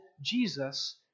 Jesus